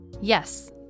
Yes